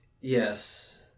Yes